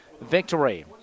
victory